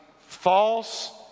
false